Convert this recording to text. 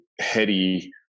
heady